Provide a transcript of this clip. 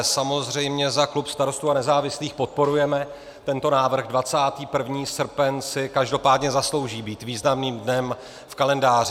Samozřejmě za klub Starostů a nezávislých podporujeme tento návrh, 21. srpen si každopádně zaslouží být významným dnem v kalendáři.